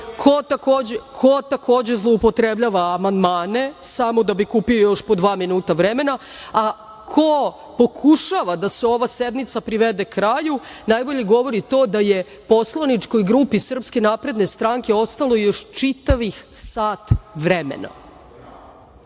ko takođe zloupotrebljava amandmane samo da bi kupio još po dva minuta vremena, a ko pokušava da se ova sednica privede kraju najbolje govori to da je poslaničkoj grupi SNS ostalo još čitavih sat vremena. Idemo